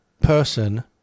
person